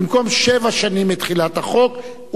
במקום שבע שנים מתחילת החוק,